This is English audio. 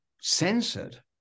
censored